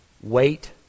Wait